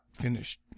finished